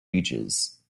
ages